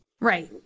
Right